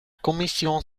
commission